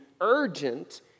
urgent